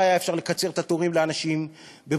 היה אפשר לקצר את התורים לאנשים בבתי-חולים,